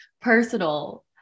personal